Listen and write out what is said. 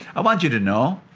i want you to know,